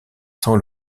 sans